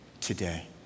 today